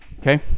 okay